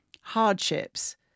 hardships